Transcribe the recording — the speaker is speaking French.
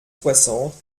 soixante